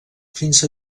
fins